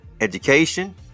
Education